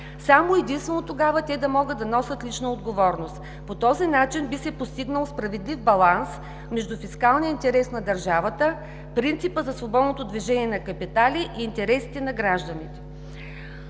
само и единствено тогава да може да носи лична отговорност. По този начин би се постигнал справедлив баланс между фискалния интерес на държавата, принципа за свободното движение на капитали и интересите на гражданите.